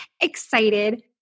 excited